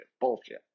bullshit